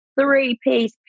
three-piece